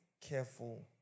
careful